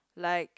like